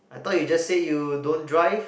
I thought you just said you don't drive